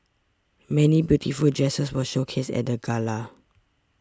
many beautiful dresses were showcased at the gala